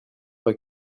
pas